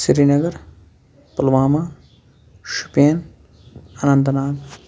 Srinagar Pulwama Shopian اننتہٕ Nag